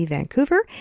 Vancouver